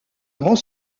grand